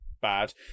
bad